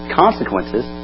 consequences